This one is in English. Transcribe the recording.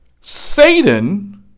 Satan